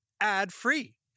ad-free